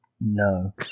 no